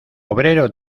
obrero